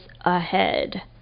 ahead